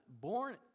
born